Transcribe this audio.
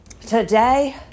Today